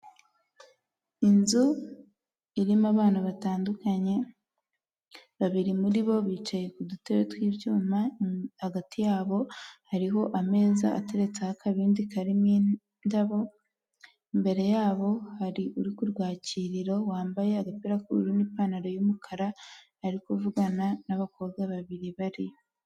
Inzu irimo abana batandukanye, babiri muri bo bicaye ku dutebe tw'ibyuma, hagati yabo hariho ameza ateretseho akabindi karimo indabo, imbere yabo hari uri kurwakiriro wambaye agapira k'ubururu n'ipantaro y'umukara ari kuvugana n'abakobwa babiri barimo.